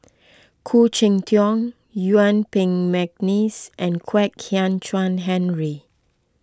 Khoo Cheng Tiong Yuen Peng McNeice and Kwek Hian Chuan Henry